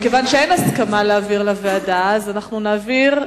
מכיוון שאין הסכמה לאיזו ועדה להעביר,